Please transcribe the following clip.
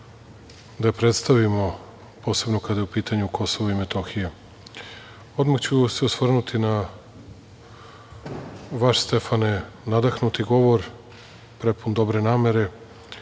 da je predstavimo, posebno kada je u pitanju Kosovo i Metohija. Odmah ću se osvrnuti na vas, Stefane. Nadahnuti govor, prepun dobre namere,